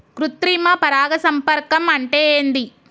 కృత్రిమ పరాగ సంపర్కం అంటే ఏంది?